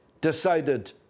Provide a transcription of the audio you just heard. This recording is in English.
decided